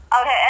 Okay